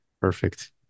Perfect